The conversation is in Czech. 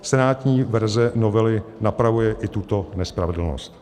Senátní verze novely napravuje i tuto nespravedlnost.